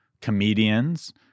comedians